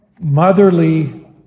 motherly